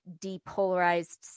depolarized